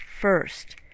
first